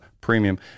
premium